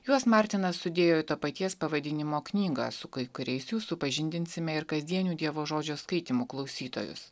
juos martinas sudėjo į to paties pavadinimo knygą su kai kuriais jų supažindinsime ir kasdienių dievo žodžio skaitymų klausytojus